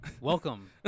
Welcome